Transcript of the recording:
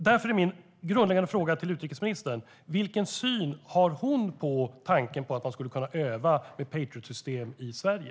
Därför är min grundläggande fråga till utrikesministern: Vilken syn har hon på tanken att man skulle kunna öva med Patriot system i Sverige?